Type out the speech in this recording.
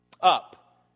up